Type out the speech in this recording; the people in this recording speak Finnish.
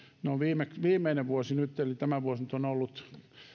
no viimeinen vuosi eli tämä vuosi nyt on ollut